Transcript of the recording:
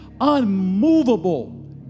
unmovable